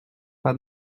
pas